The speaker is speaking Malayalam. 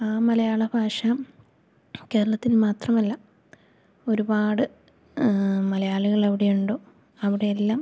ആ മലയാള ഭാഷ കേരളത്തിനു മാത്രമല്ല ഒരുപാട് മലയാളികളെവിടെയുണ്ടോ അവിടെയെല്ലം